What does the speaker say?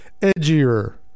edgier